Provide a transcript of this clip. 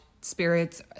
spirits